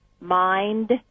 mind